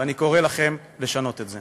ואני קורא לכם לשנות את זה.